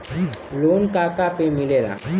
Loan का का पे मिलेला?